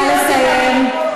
נא לסיים.